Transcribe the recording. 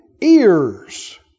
ears